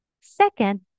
Second